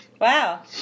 Wow